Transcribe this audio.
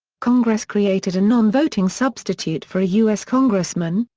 congress created a non-voting substitute for a u s. congressman,